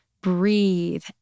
breathe